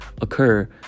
occur